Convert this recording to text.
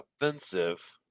offensive